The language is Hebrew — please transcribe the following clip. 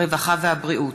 הרווחה והבריאות.